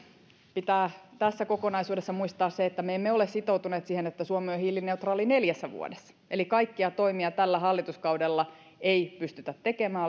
pitää tässä kokonaisuudessa muistaa se että me emme ole sitoutuneet siihen että suomi on hiilineutraali neljässä vuodessa eli kaikkia toimia tällä hallituskaudella ei pystytä tekemään